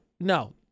no